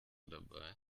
dabei